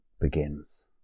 begins